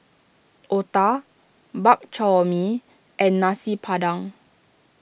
Otah Bak Chor Mee and Nasi Padang